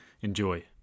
Enjoy